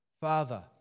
Father